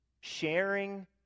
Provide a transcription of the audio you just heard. sharing